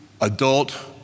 adult